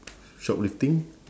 shoplifting